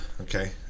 okay